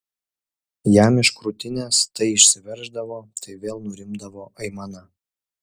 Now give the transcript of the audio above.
jam iš krūtinės tai išsiverždavo tai vėl nurimdavo aimana